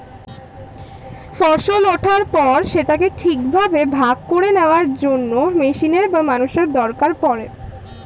ফসল ওঠার পর সেটাকে ঠিকভাবে ভাগ করে নেওয়ার জন্য মেশিনের বা মানুষের দরকার পড়ে